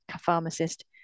pharmacist